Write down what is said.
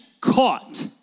caught